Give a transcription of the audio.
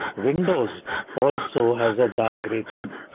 windows also has a dark grey theme,